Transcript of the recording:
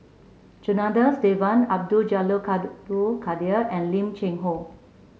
Janadas Devan Abdul Jalil Abdul Kadir and Lim Cheng Hoe